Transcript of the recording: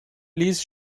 ließ